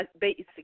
basic